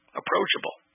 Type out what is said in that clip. approachable